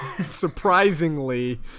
surprisingly